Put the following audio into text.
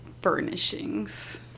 furnishings